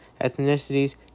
ethnicities